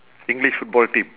english football team